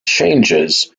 changes